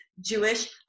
Jewish